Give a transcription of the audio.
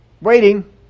Waiting